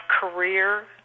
career